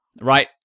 Right